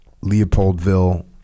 Leopoldville